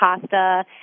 pasta